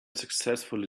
successfully